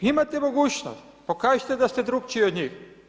Imate mogućnost, pokažite da ste drukčiji od njih.